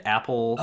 Apple